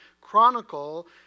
chronicle